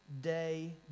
Day